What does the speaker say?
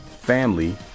family